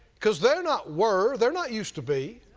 because they're not were, they're not used to be,